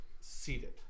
seated